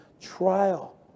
trial